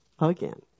again